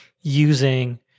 using